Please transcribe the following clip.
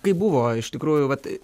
kaip buvo iš tikrųjų vat